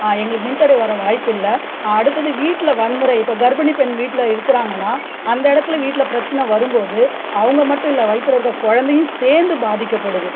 எங்களுக்கு மின்தடை வர வாய்ப்பில்லை அடுத்தது வீட்டில் வன்முறை இப்போ கர்ப்பிணிப் பெண் வீட்டில் இருக்கிறாங்கன்னா அந்த இடத்துல வீட்டில் பிரச்சின வரும் போது அவங்க மட்டும் இல்ல வயிற்றுல இருக்கற குழந்தையும் சேர்ந்து பாதிக்கப்படுது